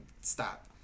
Stop